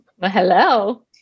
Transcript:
Hello